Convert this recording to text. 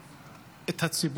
הציבור.